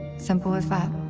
simple as that.